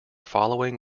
following